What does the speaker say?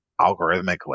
algorithmically